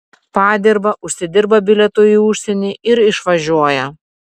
padirba užsidirba bilietui į užsienį ir išvažiuoja